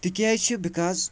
تِکیٛازِ چھِ بِکاز